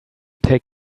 take